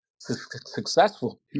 successful